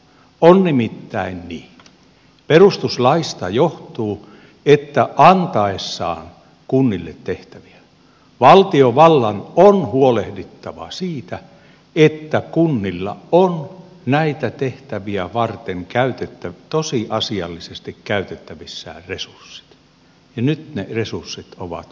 on nimittäin niin perustuslaista johtuu että antaessaan kunnille tehtäviä valtiovallan on huolehdittava siitä että kunnilla on näitä tehtäviä varten tosiasiallisesti käytettävissään resurssit ja nyt ne resurssit ovat vaarantumassa